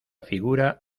figura